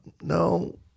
no